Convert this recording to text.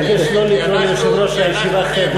אני מבקש לא לקרוא ליושב-ראש הישיבה "חבר'ה".